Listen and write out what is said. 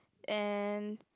and